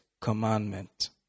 commandment